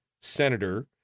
senator